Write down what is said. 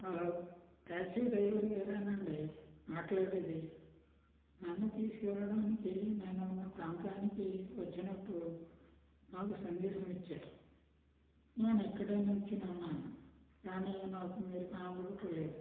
hello taxi driver గారేనండి మాట్లాడేది నన్ను తీసుకువెళ్ళడానికి నేను ఉన్న ప్రాంతానికి వచ్చినట్లు నాకు సందేశం ఇచ్చారు నేను ఇక్కడే నిల్చొని ఉన్నాను కానీ నాకు మీరు కనపడుట లేదు